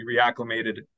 reacclimated